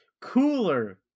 cooler